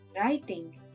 Writing